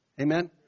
Amen